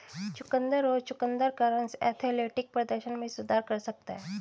चुकंदर और चुकंदर का रस एथलेटिक प्रदर्शन में सुधार कर सकता है